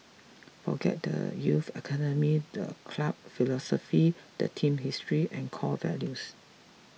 forget the youth academy the club philosophy the team's history and core values